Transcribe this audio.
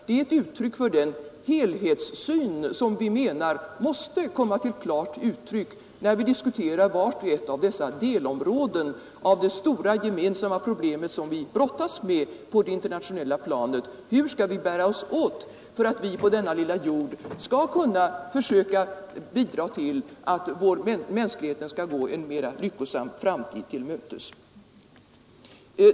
Det är ett uttryck för den helhetssyn som vi menar måste komma till klart uttryck när vi diskuterar vart och ett av dessa delområden av det stora gemensamma problem vi brottas med på det internationella planet: Hur skall vi bära oss åt för att mänskligheten på denna lilla jord skall gå en mera lyckosam framtid till mötes?